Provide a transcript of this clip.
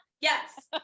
Yes